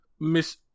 Miss